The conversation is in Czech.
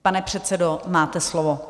Pane předsedo, máte slovo.